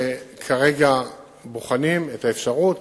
כרגע בוחנים בהחלט את האפשרות